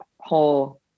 whole